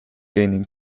gaining